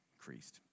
increased